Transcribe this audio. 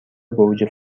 گوجه